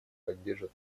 поддержат